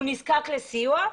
הוא נזקק בהן לסיוע.